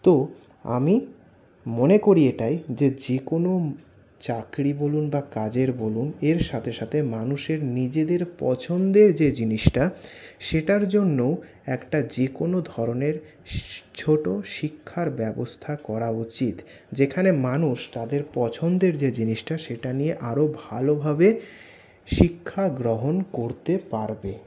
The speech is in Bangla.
তো আমি মনে করি এটাই যেকোনো চাকরি বলুন বা কাজের বলুন এর সাথে সাথে মানুষ নিজের পছন্দের যে জিনিসটা সেটার জন্য একটা যেকোনো ধরণের ছোটো শিক্ষার ব্যবস্থা করা উচিৎ যেখানে মানুষ তাদের পছন্দের যে জিনিসটা সেটা নিয়ে আরও ভালোভাবে শিক্ষাগ্রহণ করতে পারবে